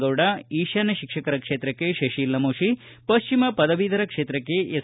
ಗೌಡ ಈಶಾನ್ಯ ಶಿಕ್ಷಕರ ಕ್ಷೇತ್ರಕ್ಕೆ ಶತಿಲ್ ನಮೋಶಿ ಪಶ್ಚಿಮ ಪದವೀಧರ ಕ್ಷೇತ್ರಕ್ಕೆ ಎಸ್